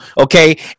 okay